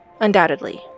Undoubtedly